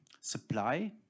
supply